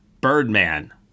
Birdman